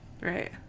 right